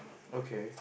okay